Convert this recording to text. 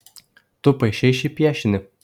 tu paišei šį piešinį